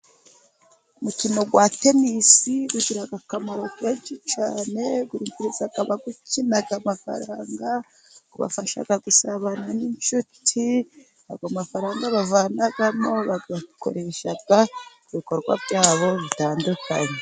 Umukino wa tenisi ugira akamaro kenshi cyane, winjiriza abawukina amafaranga, ubafasha gusabana n'inshuti, ayo mafaranga bavanamo bayakoresha ibikorwa byabo bitandukanye.